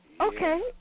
Okay